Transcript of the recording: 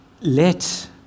Let